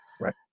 right